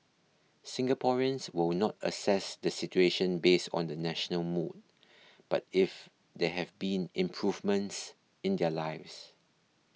Singaporeans will not assess the situation based on the national mood but if there have been improvements in their lives